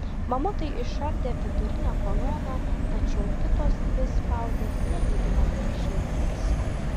mamutai išardė vidurinę koloną tačiau kitos dvi spaudė nelyginant žnyplės